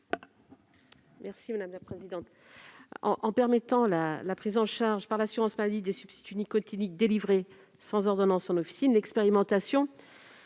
l'avis de la commission ? En permettant la prise en charge par l'assurance maladie des substituts nicotiniques délivrés sans ordonnance en officine, l'expérimentation